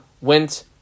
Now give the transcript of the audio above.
went